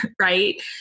right